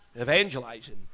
evangelizing